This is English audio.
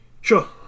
Sure